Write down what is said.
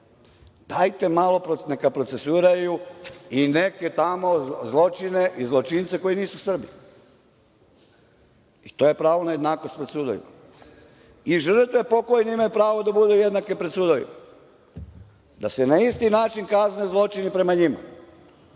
malo neka procesuiraju i neke tamo zločine i zločince koji nisu Srbi. To je pravo na jednakost pred sudovima. I žrtve pokojne imaju pravo da budu jednake pred sudovima, da se na isti način kazne zločini prema njima. Ne